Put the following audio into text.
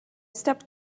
stepped